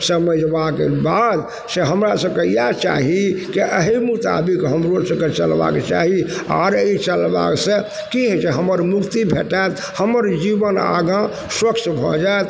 समझबाके बाद से हमरा सबके इएह चाही कि एही मुताबिक हमरो सबके चलबाके चाही आओर ई चललासँ की हेतय हमर मुक्ति भेटत हमर जीवन आगा स्वच्छ भऽ जायत